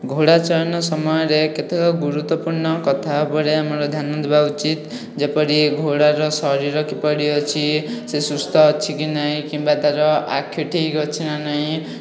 ଘୋଡ଼ା ଚୟନ ସମୟରେ କେତେକ ଗୁରୁତ୍ୱପୂର୍ଣ୍ଣ କଥା ଉପରେ ଆମର ଧ୍ୟାନ ଦେବା ଉଚିତ ଯେପରି ଘୋଡ଼ାର ଶରୀର କିପରି ଅଛି ସେ ସୁସ୍ଥ ଅଛି କି ନା ନାହିଁ ତାର ଆଖି ଠିକ ଅଛି ନା ନାହିଁ